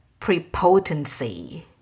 prepotency